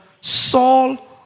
Saul